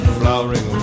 flowering